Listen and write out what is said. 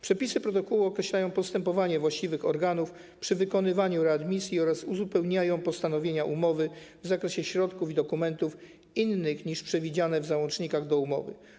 Przepisy protokołu określają postępowanie właściwych organów przy wykonywaniu readmisji oraz uzupełniają postanowienia umowy w zakresie środków i dokumentów innych niż przewidziane w załącznikach do umowy.